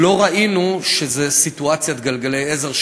ולא ראינו שזאת סיטואציית גלגלי עזר,